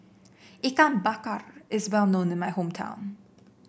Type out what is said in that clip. Ikan Bakar is well known in my hometown